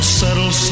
settle